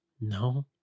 No